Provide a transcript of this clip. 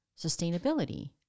sustainability